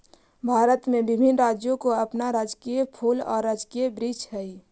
भारत में विभिन्न राज्यों का अपना राजकीय फूल और राजकीय वृक्ष हई